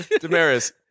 Damaris